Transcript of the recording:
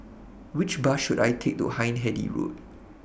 Which Bus should I Take to Hindhede Road